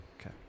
okay